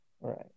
right